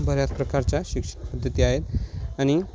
बऱ्याच प्रकारच्या शिक्षणपद्धती आहेत आणि